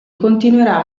continuerà